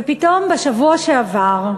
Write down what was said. ופתאום, בשבוע שעבר,